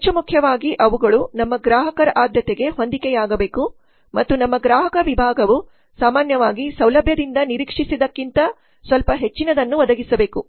ಹೆಚ್ಚು ಮುಖ್ಯವಾಗಿ ಅವುಗಳು ನಮ್ಮ ಗ್ರಾಹಕರ ಆದ್ಯತೆಗೆ ಹೊಂದಿಕೆಯಾಗಬೇಕು ಮತ್ತು ನಮ್ಮ ಗ್ರಾಹಕ ವಿಭಾಗವು ಸಾಮಾನ್ಯವಾಗಿ ಸೌಲಭ್ಯದಿಂದ ನಿರೀಕ್ಷಿಸಿದ್ದಕ್ಕಿಂತ ಸ್ವಲ್ಪ ಹೆಚ್ಚಿನದನ್ನು ಒದಗಿಸಬೇಕು